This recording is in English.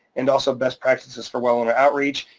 and also best practices for well owner outreach.